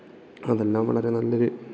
അതെല്ലാം വളരെ നല്ലൊരു